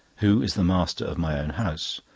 who is the master of my own house?